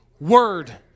word